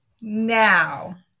Now